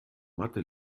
mathe